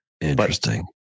Interesting